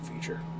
feature